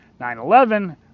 9-11